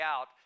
out